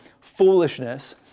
foolishness